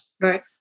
right